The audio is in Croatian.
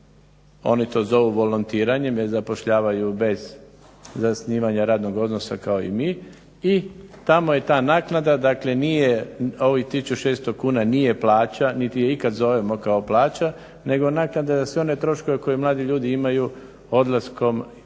oni to zovu volontiranje jer zapošljavaju bez zasnivanja radnog odnosa kao i mi i tamo je ta naknada, dakle ovih 1600 kuna nije plaća niti je ikad zovemo kao plaća nego naknada za sve one troškove koje mladi ljudi imaju odlaskom na